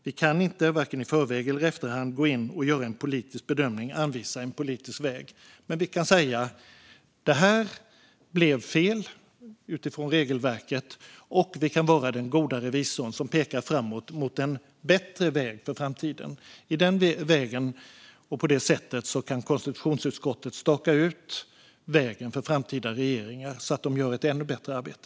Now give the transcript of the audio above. Vi kan varken i förväg eller i efterhand gå in och göra en politisk bedömning eller anvisa en politisk väg. Vi kan dock säga: Det här blev fel utifrån regelverket. Vi kan vara den goda revisorn, som pekar mot en bättre väg för framtiden. På det sättet kan konstitutionsutskottet staka ut vägen för framtida regeringar så att de gör ett ännu bättre arbete.